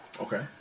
Okay